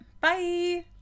bye